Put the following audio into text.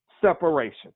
separation